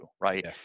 Right